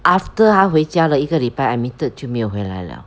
after 他回家了一个礼拜 admitted 就没有回来 liao